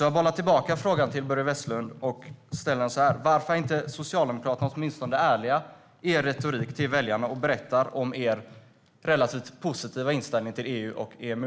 Jag bollar tillbaka frågan till Börje Vestlund: Varför är ni socialdemokrater inte ärliga i er retorik till väljarna och berättar om er relativt positiva inställning till EU och EMU?